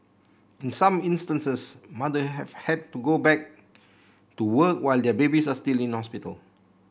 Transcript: in some instances mothers had to go back to work while their babies are still in hospital